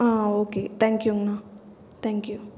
ஆ okay thank யூங்ணா thank you